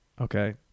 Okay